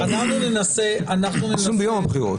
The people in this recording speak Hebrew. אנחנו ננסה --- רשום "ביום הבחירות",